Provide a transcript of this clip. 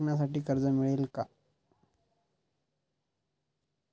लग्नासाठी कर्ज मिळेल का?